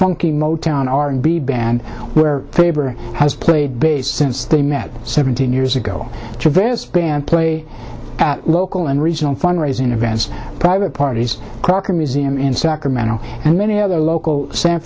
funky motown r and b band where faber has played bass since they met seventeen years ago various band play at local and regional fund raising events private parties crocker museum in sacramento and many other local san